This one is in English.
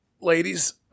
Ladies